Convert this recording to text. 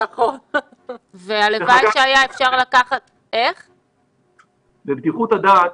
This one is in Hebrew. אם אפשר לומר בבדיחות הדעת,